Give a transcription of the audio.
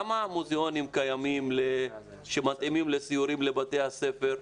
כמה מוזיאונים קיימים שמתאימים לסיורים של בתי הספר?